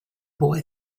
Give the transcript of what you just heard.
boy